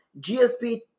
GSP